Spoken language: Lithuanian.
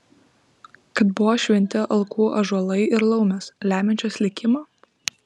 kad buvo šventi alkų ąžuolai ir laumės lemiančios likimą